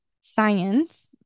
science